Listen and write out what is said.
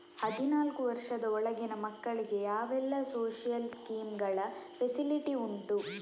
ಹದಿನಾಲ್ಕು ವರ್ಷದ ಒಳಗಿನ ಮಕ್ಕಳಿಗೆ ಯಾವೆಲ್ಲ ಸೋಶಿಯಲ್ ಸ್ಕೀಂಗಳ ಫೆಸಿಲಿಟಿ ಉಂಟು?